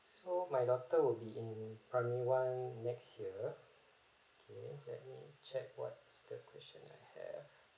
so my daughter will be in primary one next year okay let me check what is the question I have